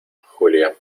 julia